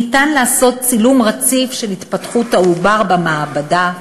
ניתן לעשות צילום רציף של התפתחות העובר במעבדה,